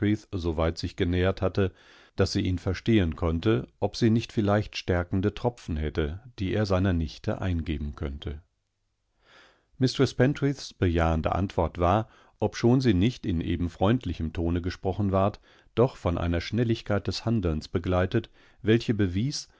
alsermr munderundmistreßpentreathsoweitsich genähert hatte daß sie ihn verstehen konnte ob sie nicht vielleicht stärkende tropfen hätte dieerseinernichteeingebenkönnte mistreß pentreaths bejahende antwort war obschon sie nicht in eben freundlichem tone gesprochen ward doch von einer schnelligkeit des handelns begleitet welche bewies